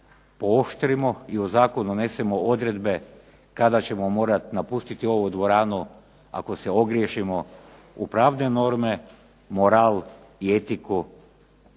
pooštrimo i u zakon unesemo odredbe kada ćemo morati napustiti ovu dvoranu ako se ogriješimo u pravne norme, moral i etiku,